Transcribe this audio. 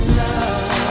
love